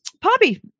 poppy